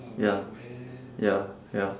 ya ya ya